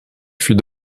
fut